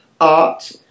art